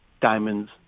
diamond's